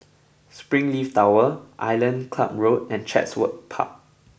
Springleaf Tower Island Club Road and Chatsworth Park